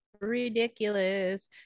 Ridiculous